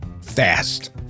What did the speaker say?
fast